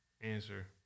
answer